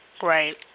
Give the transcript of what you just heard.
Right